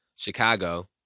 Chicago